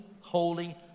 holy